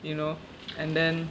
you know and then